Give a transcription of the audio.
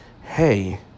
hey